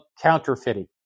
counterfeiting